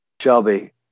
Shelby